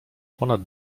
ponad